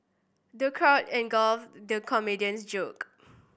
the crowd at guffawed the comedian's joke